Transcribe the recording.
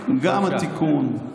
גם התיקון,